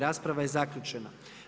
Rasprava je zaključena.